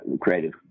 creative